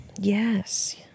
Yes